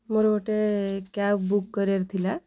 ମୋର ଗୋଟେ cab book କରିବାର ଥିଲା